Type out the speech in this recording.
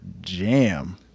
jam